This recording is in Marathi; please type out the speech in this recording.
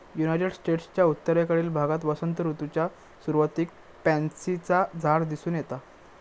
युनायटेड स्टेट्सच्या उत्तरेकडील भागात वसंत ऋतूच्या सुरुवातीक पॅन्सीचा झाड दिसून येता